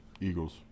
Eagles